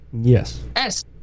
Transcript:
Yes